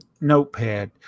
Notepad